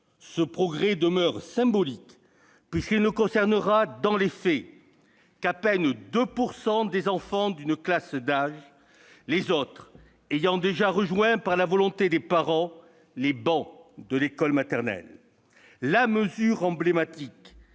ce progrès demeure symbolique, puisqu'il ne concernera, dans les faits, que 2 % à peine des enfants d'une classe d'âge, les autres ayant déjà rejoint, par la volonté des parents, les bancs de l'école maternelle. La mesure emblématique,